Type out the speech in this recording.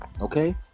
Okay